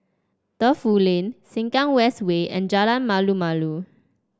Defu Lin Sengkang West Way and Jalan Malu Malu